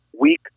weak